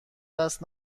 دست